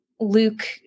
Luke